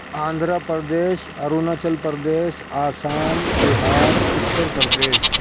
Andhra Pradesh Arunachal Pradesh Assam Bihar Uttar Pradesh